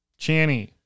Channy